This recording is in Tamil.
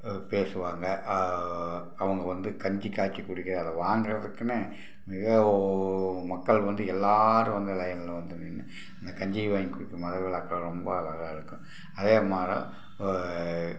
பேசுவாங்க அவங்க வந்து கஞ்சி காய்ச்சி குடிக்கிற அதை வாங்கிறதுக்குன்னு மிகவும் மக்கள் வந்து எல்லாேரும் வந்து லைனில் வந்து நின்று இந்த கஞ்சியை வாங்கிக் குடிக்கும் மத விழாக்கள் ரொம்ப அழகாக இருக்கும் அதேமாதிரி